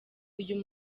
uyu